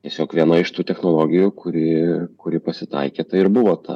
tiesiog viena iš tų technologijų kuri kuri pasitaikė tai ir buvo ta